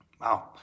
Wow